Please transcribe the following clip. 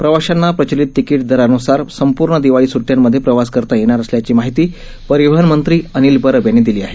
प्रवाशांना प्रचलित तिकीट दरानुसार संपूर्ण दिवाळी सुट्ट्यांमध्ये प्रवास करता येणार असल्याची माहिती परिवहन मंत्री अनिल परब यांनी दिली आहे